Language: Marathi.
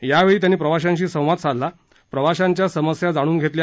यावळी त्यांनी प्रवाशांशी संवाद साधला प्रवाशांच्या समस्या जाणून घस्तित्या